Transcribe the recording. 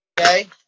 Okay